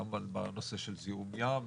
גם בנושא של זיהום ים,